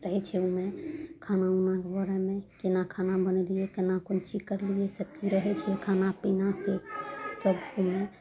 कहय छै अइमे खाना उनाके बारेमे केना खाना बनेलियै केना कोन चीज करलियै ईसब की रहय छै खाना पीना से सब चीजमे